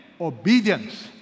obedience